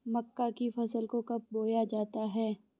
मक्का की फसल को कब बोया जाता है?